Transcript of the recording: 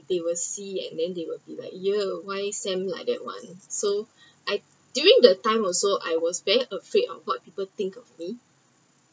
they will see and then they will be like !eeyer! why sam like that one so I during the time also I was very afraid of what people think of me